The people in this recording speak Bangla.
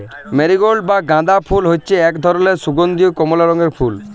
মেরিগল্ড বা গাঁদা ফুল হচ্যে এক ধরলের সুগন্ধীয় কমলা রঙের ফুল